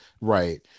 Right